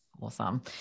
Awesome